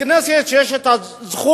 לכנסת יש הזכות,